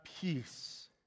peace